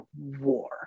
war